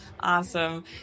awesome